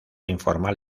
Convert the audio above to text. informal